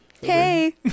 hey